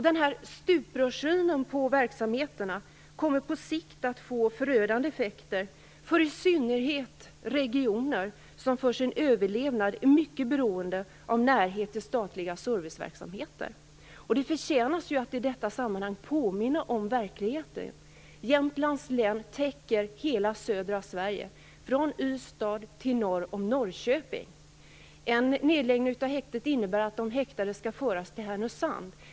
Denna stuprörssyn på verksamheterna kommer på sikt att få förödande effekter, i synnerhet för regioner som för sin överlevnad är mycket beroende av närhet till statliga serviceverksamheter. Det förtjänar att i detta sammanhang påminna om verkligheten. Jämtlands län täcker hela södra Sverige, från Ystad till norr om Norrköping. En nedläggning av häktet i Östersund innebär att de häktade skall föras till Härnösand.